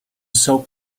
soap